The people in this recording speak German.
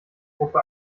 gruppe